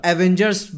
Avengers